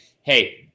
Hey